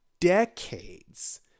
decades